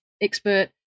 expert